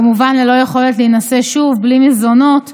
כמובן, ללא יכולת להינשא שוב ובלי מזונות.